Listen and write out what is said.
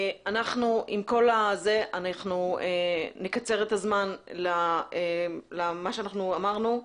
עם כל זה אנחנו נקצר את הזמן למה שאנחנו אמרנו,